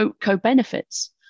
co-benefits